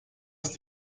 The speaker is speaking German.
ist